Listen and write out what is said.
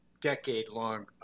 decade-long